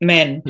Men